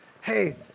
hey